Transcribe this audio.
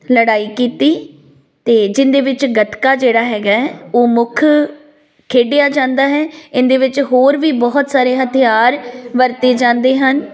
ਲੜਾਈ ਕੀਤੀ ਅਤੇ ਜਿਹਦੇ ਵਿੱਚ ਗੱਤਕਾ ਜਿਹੜਾ ਹੈਗਾ ਉਹ ਮੁੱਖ ਖੇਡਿਆ ਜਾਂਦਾ ਹੈ ਇਹਦੇ ਵਿੱਚ ਹੋਰ ਵੀ ਬਹੁਤ ਸਾਰੇ ਹਥਿਆਰ ਵਰਤੇ ਜਾਂਦੇ ਹਨ